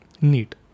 Neat